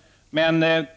1982.